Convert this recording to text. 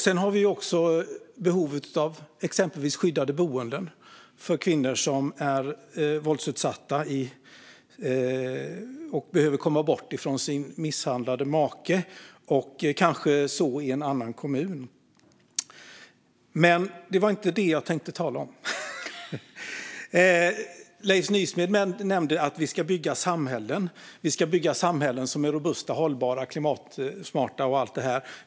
Vi har också behovet av exempelvis skyddade boenden för kvinnor som är våldsutsatta och behöver komma bort ifrån sin misshandlande make, kanske i en annan kommun. Men det var inte detta jag tänkte tala om! Leif Nysmed nämnde att vi ska bygga samhällen. Vi ska bygga samhällen som är robusta, hållbara, klimatsmarta och allt det här.